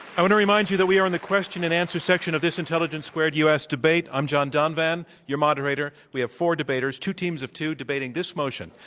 i want to remind you that we are in the question and answer section of this intelligence squared u. s. debate. i'm john donvan, your moderator. we have four debaters, two teams of two debating this motion,